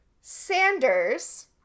Sanders